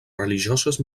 religioses